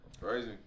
Crazy